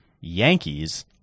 yankees